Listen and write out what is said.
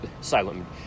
silent